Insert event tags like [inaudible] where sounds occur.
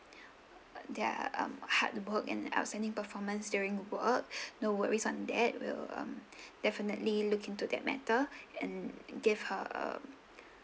their um hard work and outstanding performance during work [breath] no worries on that we'll um definitely look into that matter and give her um